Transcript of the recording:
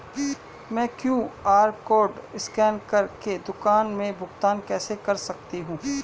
मैं QR code scan कर के दुकान में भुगतान कैसे कर सकती हूँ?